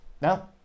Now